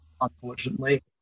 unfortunately